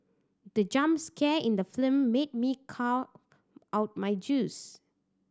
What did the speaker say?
the jump scare in the film made me cough out my juice